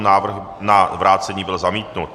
Návrh na vrácení byl zamítnut.